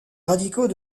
radicaux